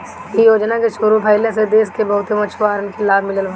इ योजना के शुरू भइले से देस के बहुते मछुआरन के लाभ मिलल बाटे